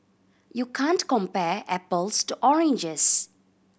you can't compare apples to oranges